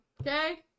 Okay